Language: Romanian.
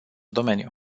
domeniu